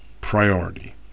priority